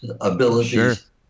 abilities